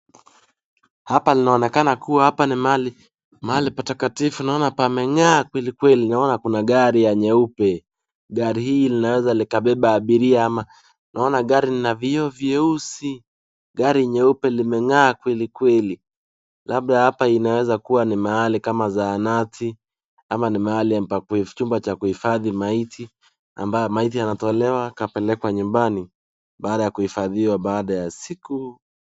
Hapa inaonekana kuwa ni mahali, mahali patakatifu naona pameng'aa kweli. Naona kuna gari ya nyeupe gari hii linaweza likabeba abiria ama naona gari lina vioo vieusi. Gari limeng'aa kweli kweli labda hapa inaweza kuwa ni mahali kama zahanati ama ni chumba cha kuhifadhi maiti ambaye maiti anatolewa kapelekwa nyumba baada ya kujifadhiwa baada ya siku.